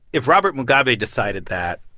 if robert mugabe decided that,